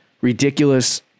ridiculous